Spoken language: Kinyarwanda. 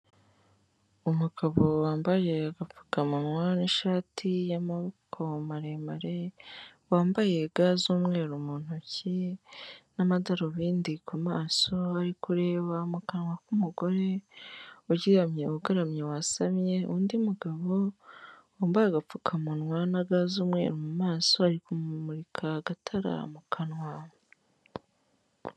Umugabo wambaye agapfukamunwa n'ishati y'amakobo maremare, wambaye ga z'umweru mu ntoki, n'amadarubindi ku maso, ari kureba mu kanwa k'umugore uryagamye ugaramye wasamye, undi mugabo wambaye agapfukamunwa na ga z'umweru mu maso ari kumumurika agatara mu kanwa.